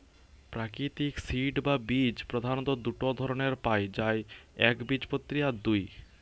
প্রাকৃতিক সিড বা বীজ প্রধাণত দুটো ধরণের পায়া যায় একবীজপত্রী আর দুই